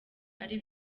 ari